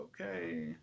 okay